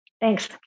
Thanks